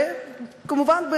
וכמובן,